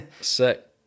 Sick